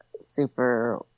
super